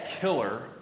killer